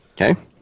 Okay